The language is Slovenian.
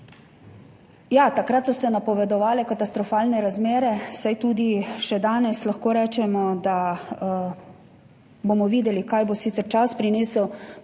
takrat so se napovedovale katastrofalne razmere, saj tudi še danes lahko rečemo, da bomo videli, kaj bo sicer prinesel čas.